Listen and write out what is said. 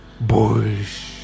Boys